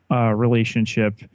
Relationship